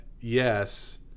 yes